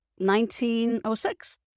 1906